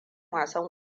wasan